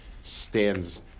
stands